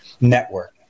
network